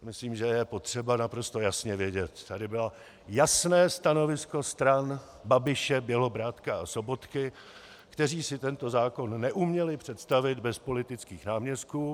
Myslím, že je potřeba naprosto jasně vědět tady bylo jasné stanovisko stran Babiše, Bělobrádka a Sobotky, kteří si tento zákon neuměli představit bez politických náměstků.